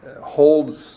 holds